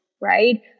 right